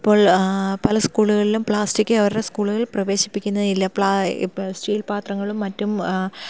ഇപ്പോൾ പല സ്കൂളുകളിലും പ്ലാസ്റ്റിക് അവരുടെ സ്കൂളുകളിൽ പ്രവേശിപ്പിക്കുന്നേ ഇല്ല ഇപ്പം സ്റ്റീൽ പാത്രങ്ങളും മറ്റും